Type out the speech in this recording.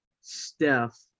Steph